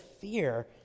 fear